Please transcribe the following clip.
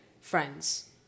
friends